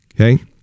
Okay